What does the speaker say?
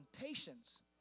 patience